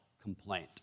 complaint